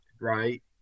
right